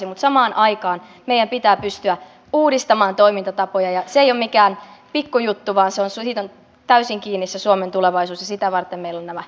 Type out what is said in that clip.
mutta samaan aikaan meidän pitää pystyä uudistamaan toimintatapoja ja se ei ole mikään pikkujuttu vaan siitä on täysin kiinni suomen tulevaisuus ja sitä varten meillä on nämä kärkihankkeet